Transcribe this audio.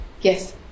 yes